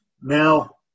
Now